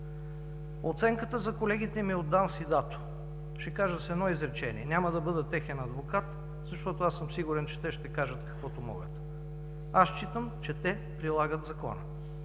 Оценката ми за колегите от ДАНС и ДАТО. Ще кажа с едно изречение. Няма да бъда техен адвокат, защото аз съм сигурен, че те ще кажат каквото могат. Аз считам, че те прилагат Закона